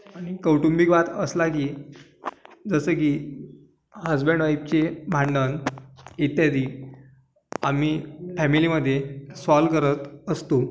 आणि कौटुंबिक वाद असला की जसं की हजबंड वाइफचे भांडण इत्यादी आम्ही फॅमिलीमध्ये सॉल्व्ह करत असतो